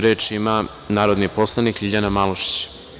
Reč ima narodni poslanik LJiljana Malušić.